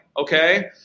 okay